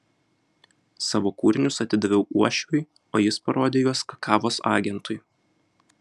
savo kūrinius atidaviau uošviui o jis parodė juos kakavos agentui